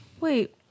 Wait